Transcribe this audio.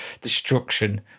destruction